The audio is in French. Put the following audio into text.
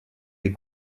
les